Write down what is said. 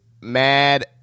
mad